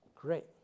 Great